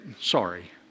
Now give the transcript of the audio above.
Sorry